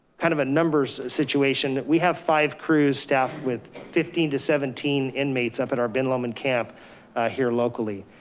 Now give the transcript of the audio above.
kind of a numbers situation, we have five crews staff with fifteen to seventeen inmates up at our ben lomond camp here locally.